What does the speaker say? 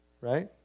Right